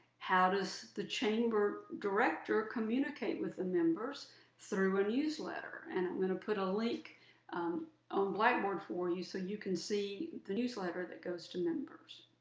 how does the chamber director communicate with the members through a newsletter. and i'm going to put a link on blackboard for you, so you can see the newsletter that goes to members.